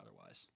otherwise